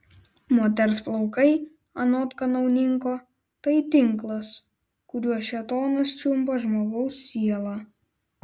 moters plaukai anot kanauninko tai tinklas kuriuo šėtonas čiumpa žmogaus sielą